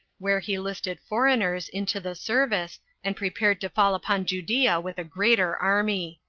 where he listed foreigners into the service, and prepared to fall upon judea with a greater army.